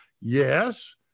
Yes